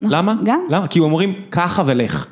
למה? גם... כי אומרים ככה ולך.